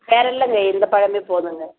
வேறு இல்லைங்க இந்த பழமே போதுங்க